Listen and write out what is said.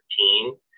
13